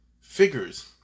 figures